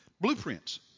Blueprints